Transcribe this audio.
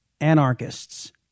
anarchists